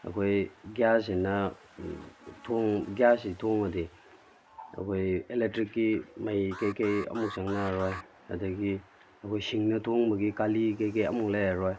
ꯑꯩꯈꯣꯏ ꯒꯤꯌꯥꯁꯁꯤꯅ ꯎꯝ ꯊꯣꯡ ꯒꯤꯌꯥꯁꯁꯤ ꯊꯣꯡꯉꯗꯤ ꯑꯩꯈꯣꯏ ꯏꯂꯦꯛꯇ꯭ꯔꯤꯛꯀꯤ ꯃꯩ ꯀꯔꯤ ꯀꯔꯤ ꯑꯝꯕꯨꯛ ꯆꯪꯅꯔꯔꯣꯏ ꯑꯗꯨꯗꯒꯤ ꯑꯩꯈꯣꯏ ꯁꯤꯡꯅ ꯊꯣꯡꯕꯒꯤ ꯀꯥꯂꯤ ꯀꯔꯤ ꯀꯔꯤ ꯑꯝꯕꯨꯛ ꯂꯩꯔꯔꯣꯏ